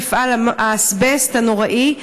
מפעל האסבסט הנוראי,